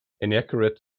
inaccurate